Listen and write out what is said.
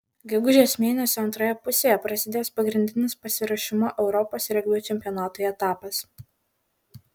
gegužės mėnesio antroje pusėje prasidės pagrindinis pasiruošimo europos regbio čempionatui etapas